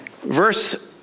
verse